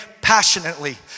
passionately